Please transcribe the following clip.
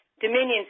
Dominion